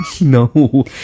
No